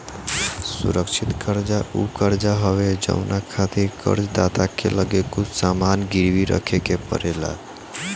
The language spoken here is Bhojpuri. सुरक्षित कर्जा उ कर्जा हवे जवना खातिर कर्ज दाता के लगे कुछ सामान गिरवी रखे के पड़ेला